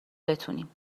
بتونیم